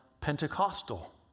Pentecostal